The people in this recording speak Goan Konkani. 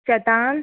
शेतान